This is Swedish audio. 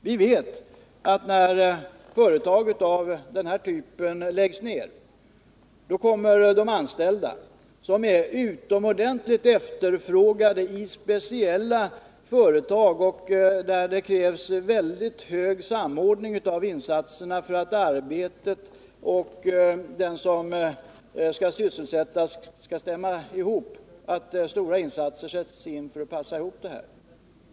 Vi vet att när företag av den här typen läggs ned kommer de anställda att efterfrågas av speciella företag, och det krävs då en hög grad av samordning och stora insatser för att arbetet skall passa den som skall sysselsättas — annars fungerar inte det hela.